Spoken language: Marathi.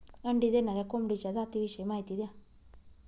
अंडी देणाऱ्या कोंबडीच्या जातिविषयी माहिती द्या